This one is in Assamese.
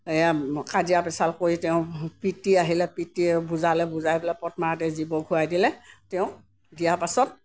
কাজিয়া পেছাল কৰি তেওঁ পিতৃ আহিলে পিতৃয়ে বুজালে বুজাই পেলাই পদ্মাৱতীক জীৱ খুৱাই দিলে তেওঁ দিয়া পাছত